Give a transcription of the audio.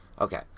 Okay